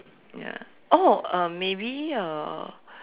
ya oh um maybe a